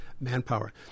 manpower